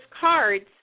cards